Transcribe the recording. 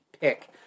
pick